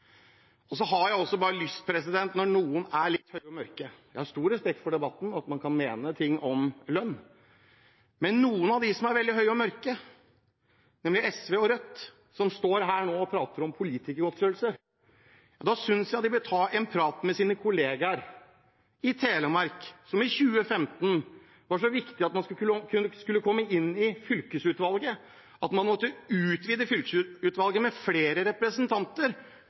Så har jeg også lyst til å si noe når noen er litt høye og mørke – og jeg har stor respekt for debatten, og at man kan mene ting om lønn. Men noen av de som er veldig høye og mørke, nemlig SV og Rødt, står her nå og prater om politikergodtgjørelser. Da synes jeg de bør ta en prat med sine kolleger i Telemark, som i 2015 syntes det var så viktig å komme inn i fylkesutvalget at man måtte utvide fylkesutvalget med flere representanter